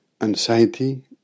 Anxiety